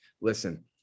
listen